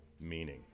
meaning